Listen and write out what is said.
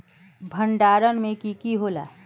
भण्डारण में की की होला?